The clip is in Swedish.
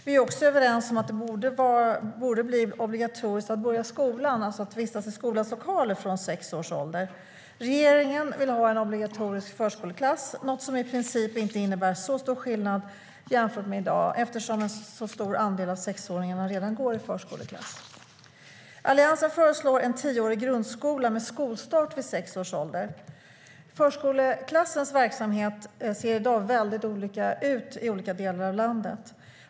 Vi är också överens om att det borde bli obligatoriskt att börja skolan, alltså att vistas i skolans lokaler, från sex års ålder. Förskoleklassens verksamhet ser i dag väldigt olika ut i olika delar av landet.